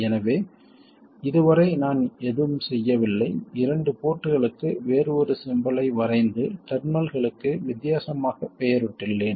எனவே இதுவரை நான் எதுவும் செய்யவில்லை இரண்டு போர்ட்களுக்கு வேறு ஒரு சிம்பல் ஐ வரைந்து டெர்மினல்களுக்கு வித்தியாசமாக பெயரிட்டுள்ளேன்